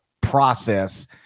process